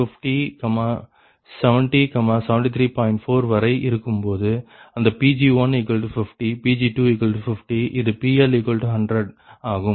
4 வரை இருக்கும்போது அந்த Pg1 50 Pg250 இது PL100 ஆகும்